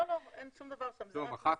מחקתם.